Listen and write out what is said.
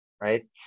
right